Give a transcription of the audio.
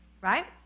right